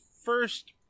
first